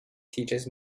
teaches